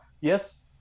Yes